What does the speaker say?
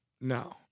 No